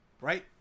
right